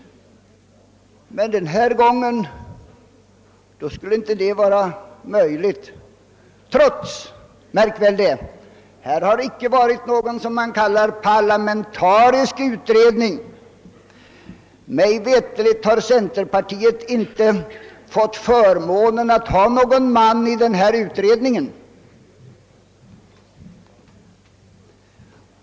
Men den här gången skulle det alltså inte vara möjligt att gå ifrån ett utredningsresultat trots — märk väl det — att här inte har varit någon s.k. parlamentarisk utredning. Mig veterligt har centerpartiet t.ex. inte fått förmånen att ha någon representant med i denna utredning.